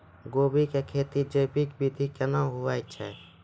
गोभी की खेती जैविक विधि केना हुए छ?